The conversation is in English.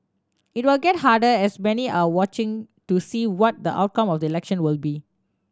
it will get harder as many are watching to see what the outcome of the election will be